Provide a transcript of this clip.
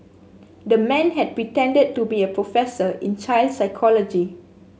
the man had pretended to be a professor in child psychology